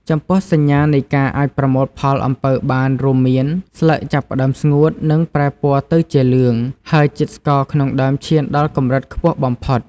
ចំពោះសញ្ញានៃការអាចប្រមូលផលអំពៅបានរួមមាន ស្លឹកចាប់ផ្តើមស្ងួត និងប្រែពណ៌ទៅជាលឿង ហើយជាតិស្ករក្នុងដើមឈានដល់កម្រិតខ្ពស់បំផុត។